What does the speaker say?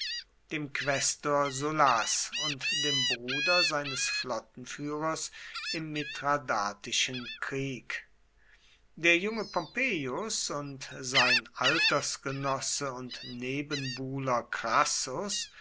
dem quästor sullas und dem bruder seines flottenführers im mithradatischen krieg der junge pompeius und sein altersgenosse und nebenbuhler